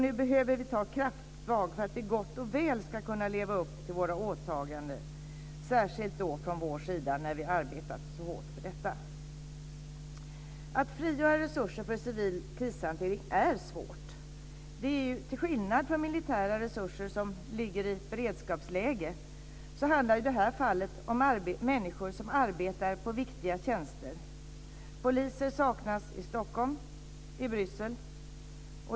Nu behöver vi ta krafttag för att vi gott och väl ska kunna leva upp till våra åtaganden, särskilt från vår sida när vi har arbetat så hårt för detta. Att frigöra resurser för civil krishantering är svårt. Till skillnad från militära resurser som finns i beredskapsläge, handlar det i det här fallet om människor som arbetar på viktiga tjänster. Poliser saknas i Stockholm och i Bryssel.